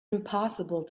impossible